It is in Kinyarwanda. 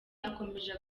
akomeje